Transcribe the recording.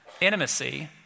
Intimacy